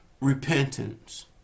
repentance